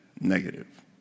negative